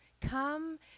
Come